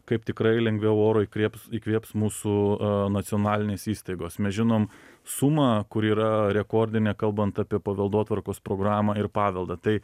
kaip tikrai lengviau oro įkrėps įkvėps mūsų nacionalinės įstaigos mes žinom sumą kuri yra rekordinė kalbant apie paveldotvarkos programą ir paveldą tai